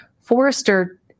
Forrester